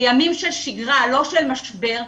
בימים של שגרה, לא של משבר,